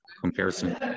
comparison